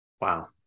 Wow